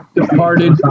departed